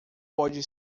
pode